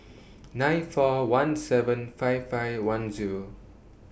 nine four one seven five five one Zero